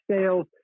sales